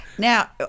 Now